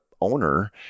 owner